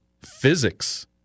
physics